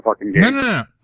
no